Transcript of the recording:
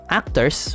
actors